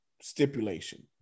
stipulation